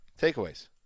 Takeaways